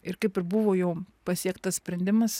ir kaip ir buvo jau pasiektas sprendimas